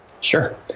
Sure